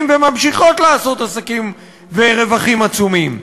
וממשיכות לעשות עסקים ורווחים עצומים.